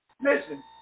Listen